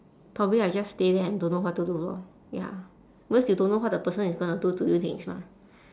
probably I just stay there and don't know what to do lor ya because you don't know what the person is gonna do to you next mah